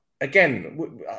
again